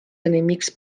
enemics